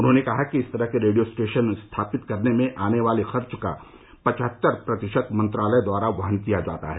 उन्होंने कहा कि इस तरह के रेडियो स्टेशन स्थापित करने में आने वाले खर्च का पचहत्तर प्रतिशत मंत्रालय द्वारा वहन किया जाता है